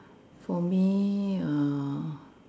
for me err